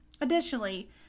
Additionally